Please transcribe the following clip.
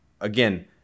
Again